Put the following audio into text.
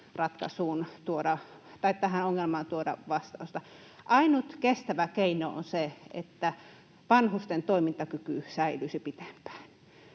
maahanmuutto voi tähän ongelmaan tuoda vastausta. Ainut kestävä keino on se, että vanhusten toimintakyky säilyisi pitempään.